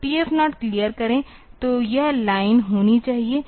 तो TF0 clear करे तो यह लाइन होनी चाहिए